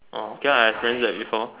orh okay lah I experience that before